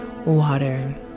Water